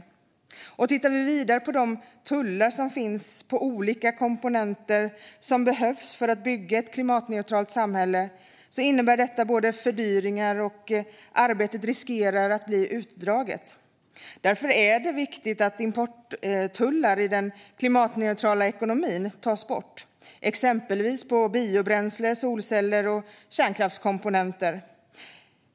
Vi kan titta vidare på de tullar som finns på olika komponenter som behövs för att bygga ett klimatneutralt samhälle. Detta innebär fördyringar, och arbetet riskerar att bli utdraget. Därför är det viktigt att importtullar i den klimatneutrala ekonomin tas bort, exempelvis på biobränsle, solceller och kärnkraftskomponenter.